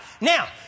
Now